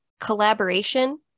collaboration